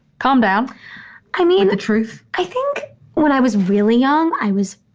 calm down i mean the truth i think when i was really young, i was,